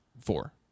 Four